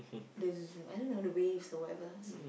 the I don't know the waves or whatever